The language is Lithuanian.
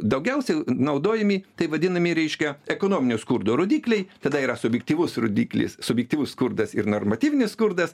daugiausia naudojami taip vadinami reiškia ekonominio skurdo rodikliai tada yra subjektyvus rodiklis subjektyvus skurdas ir normatyvinis skurdas